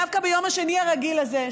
דווקא ביום השני הרגיל הזה,